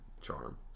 charm